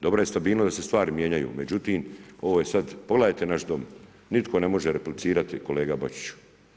Dobra je stabilnost da se stvari mijenjaju, međutim, ovo je sad, pogledajte naš dom, nitko ne može replicirati kolega Bačiću.